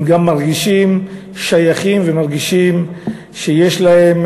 הם גם מרגישים שייכים ומרגישים שיש להם